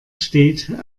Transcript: steht